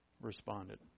responded